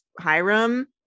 Hiram